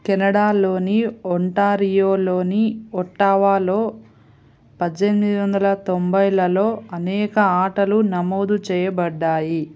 కెనడాలోని ఒంటారియోలోని ఒట్టావాలో పద్దెనిమిది వందల తొంభైలలో అనేక ఆటలు నమోదు చేయబడ్డాయి